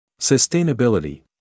Sustainability